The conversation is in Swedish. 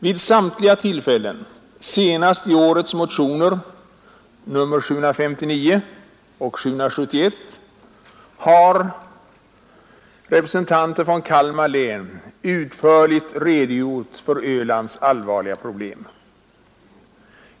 Vid samtliga tillfällen, senast i årets motioner nr 759 och 771, har representanter för Kalmar län utförligt redogjort för Ölands allvarliga problem.